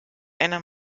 einer